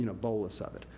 you know bolus of it.